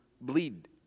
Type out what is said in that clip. bleed